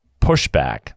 pushback